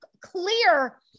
clear